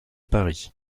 paris